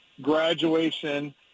graduation